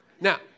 Now